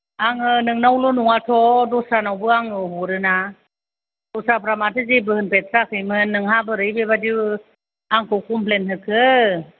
आङो नोंनावल' नङा थ' दस्रानावबो आङो हरो ना दस्राफ्रा माथो जेबो होनफेद थाराखैमोन नोंहा बोरै बेबादि आंखौ कमप्लेन होखो